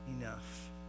enough